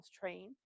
train